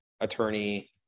attorney